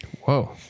Whoa